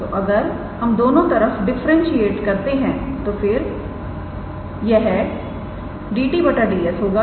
तो अगर हम दोनों तरफ डिफरेंशिएट करते हैं तो फिर यह 𝑑𝑡 𝑑𝑠 होगा